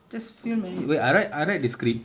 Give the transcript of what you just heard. just film any wait I write I write the script